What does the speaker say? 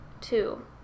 two